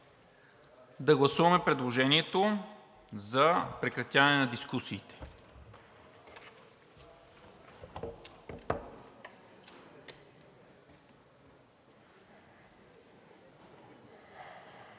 Да гласуваме предложението за прекратяване на дискусиите.